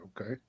okay